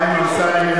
(קורא בשמות חברי הכנסת) חיים אמסלם,